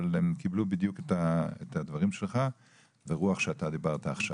אבל הם קיבלו את הדברים שלך בדיוק ברוח שאתה דיברת עכשיו.